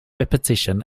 repetition